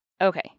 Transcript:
Okay